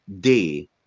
day